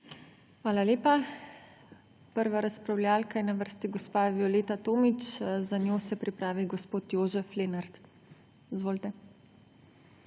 Hvala lepa. Prva razpravljavka je na vrsti gospa Violeta Tomić, za njo se pripravi gospod Jožef Lenart. Izvolite.